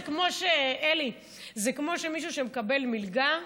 אלי, זה כמו מישהו שמקבל מלגה,